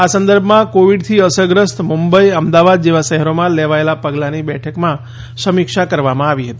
આ સંદર્ભમાં કોવીડથી અસરગ્રસ્ત મુંબઈ અમદાવાદ જેવા શહેરોમાં લેવાયેલા પગલાંની બેઠકમાં સમીક્ષા કરવામાં આવી હતી